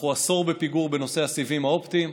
אנחנו עשור בפיגור בנושא הסיבים האופטיים,